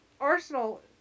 Arsenal